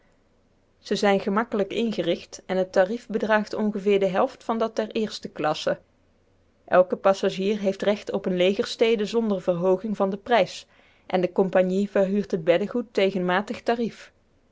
ze zijn gemakkelijk ingericht en het tarief bedraagt ongeveer de helft van dat der eerste klasse elke passagier heeft recht op eene legerstede zonder verhooging van den prijs en de compagnie verhuurt het beddegoed tegen matig tarief